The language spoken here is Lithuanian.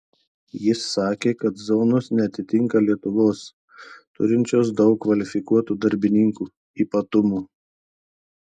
jis sakė kad zonos neatitinka lietuvos turinčios daug kvalifikuotų darbininkų ypatumų